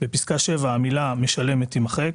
בפסקה (7) (1) המילה "משלמת" תימחק,